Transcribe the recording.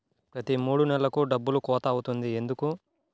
ప్రతి మూడు నెలలకు డబ్బులు కోత అవుతుంది ఎందుకు?